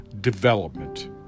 development